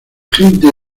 gente